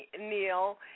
Neil